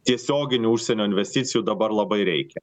tiesioginių užsienio investicijų dabar labai reikia